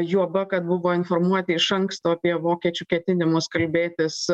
juoba kad buvo informuoti iš anksto apie vokiečių ketinimus kalbėtis